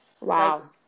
Wow